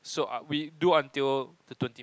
so are we do until the twenty